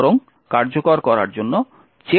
বরং কার্যকর করার জন্য চেকটিকেও নিষ্ক্রিয় করছি